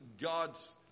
God's